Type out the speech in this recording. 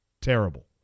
terrible